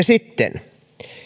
sitten